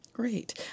Great